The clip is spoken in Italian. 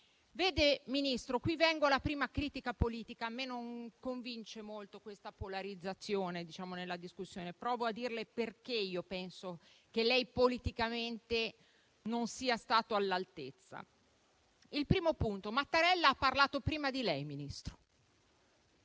Vede, Ministro, qui vengo alla prima critica politica. A me non convince molto questa polarizzazione nella discussione e provo a dirle perché penso che lei politicamente non sia stato all'altezza. Il primo punto: Mattarella ha parlato prima di lei, Ministro,